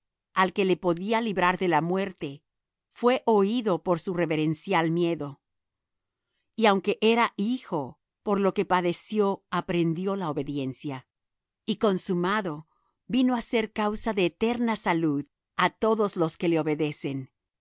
al que le podía librar de la muerte fué oído por su reverencial miedo y aunque era hijo por lo que padeció aprendió la obediencia y consumado vino á ser causa de eterna salud á todos los que le obedecen